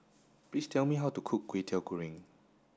please tell me how to cook Kwetiau Goreng